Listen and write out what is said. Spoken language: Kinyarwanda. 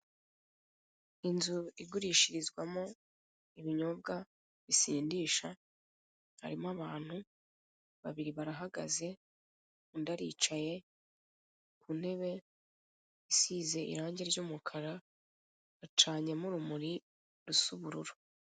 Inzu igurishirizwamo ibinyobwa bisindisha, harimo abantu babiri barahagaze, undi aricaye, intebe isize irange r'umukara, icanyemo urumuri rusa ubururu.